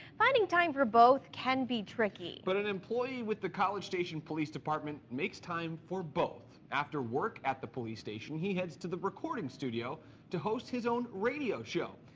finding time for both can be tricky. but an employee with the college station police department makes time for both. after work at the police station, he heads to the recording studio to host his own radio show.